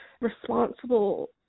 responsible